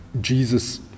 Jesus